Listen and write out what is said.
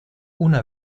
una